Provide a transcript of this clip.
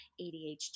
ADHD